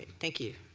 thank you.